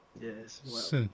Yes